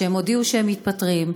כשהם הודיעו שהם מתפטרים,